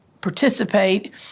participate